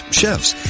chefs